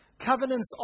Covenants